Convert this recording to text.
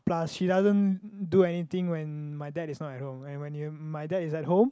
plus she doesn't do anything when my dad is not at home and when my dad is at home